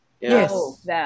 Yes